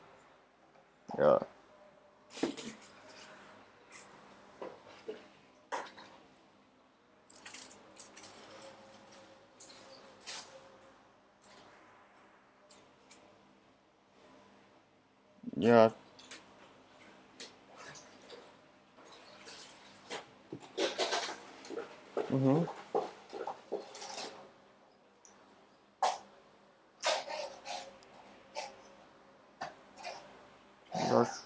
ya ya mmhmm yes